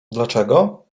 dlaczego